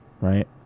right